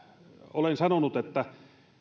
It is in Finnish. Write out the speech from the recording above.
olen sanonut että